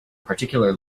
particular